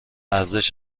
ارزش